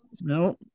no